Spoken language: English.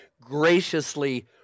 graciously